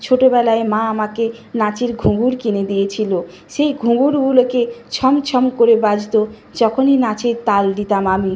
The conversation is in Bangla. ছোটোবেলায় মা আমাকে নাচের ঘুঙুর কিনে দিয়েছিল সেই ঘুঙুরগুলোকে ছম ছম করে বাজত যখনই নাচের তাল দিতাম আমি